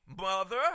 mother